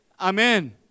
Amen